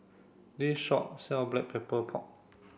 this shop sell black pepper pork